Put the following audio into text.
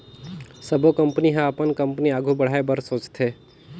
सबो कंपनी ह अपन कंपनी आघु बढ़ाए बर सोचथे